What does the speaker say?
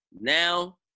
now